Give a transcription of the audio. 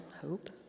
hope